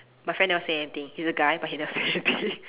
my friend never say anything he's a guy but he never say anything